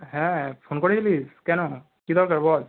হ্যাঁ ফোন করেছিলিস কেন কি দরকার বল